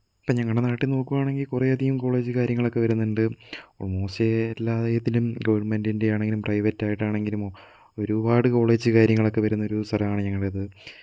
ഇപ്പോൾ ഞങ്ങളുടെ നാട്ടില് നോക്കുകയാണെങ്കില് കുറെ അധികം കോളേജ് കാര്യങ്ങളൊക്കെ വരുന്നുണ്ട് ഓൾമോസ്റ്റ് എല്ലാ രീതിയിലും ഗവണ്മെന്റിന്റെ ആണെങ്കിലും പ്രൈവറ്റായിട്ടാണെങ്കിലും ഒരുപാട് കോളേജ് കാര്യങ്ങളൊക്കെ വരുന്ന ഒരു സ്ഥലമാണ് ഞങ്ങളുടേത്